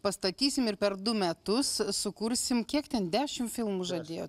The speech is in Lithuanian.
pastatysim ir per du metus sukursim kiek ten dešim filmų žadėjo